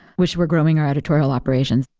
which we're growing our editorial operations,